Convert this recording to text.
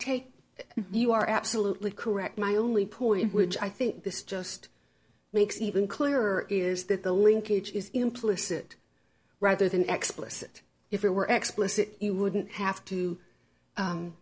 it you are absolutely correct my only point which i think this just makes even clearer is that the linkage is implicit rather than expletives if it were explicit you wouldn't have to